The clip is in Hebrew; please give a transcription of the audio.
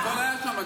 הכול היה שם,